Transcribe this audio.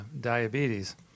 diabetes